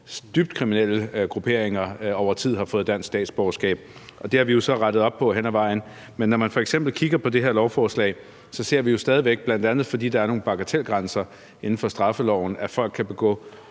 dybt kriminelle grupperinger over tid har fået dansk statsborgerskab. Det har vi jo så rettet op på hen ad vejen. Men når man f.eks. kigger på det her lovforslag, ser vi jo stadig væk – bl.a. fordi der er nogle bagatelgrænser i straffeloven – at folk kan begå